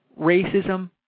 racism